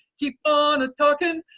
keep on a talking,